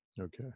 Okay